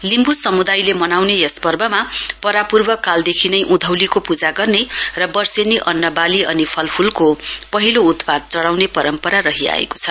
लिम्बु समुदायले मनाउने यस पर्वमा परापूर्व कालदेखि नै उधौंलीको पूजा गर्ने र वर्षेनी अन्न बाली अनि फलफूलको पहिलो उत्पाद चढ़ाउने परम्परा रहि आएको छ